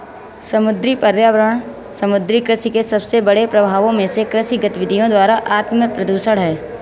समुद्री पर्यावरण समुद्री कृषि के सबसे बड़े प्रभावों में से कृषि गतिविधियों द्वारा आत्मप्रदूषण है